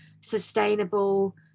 sustainable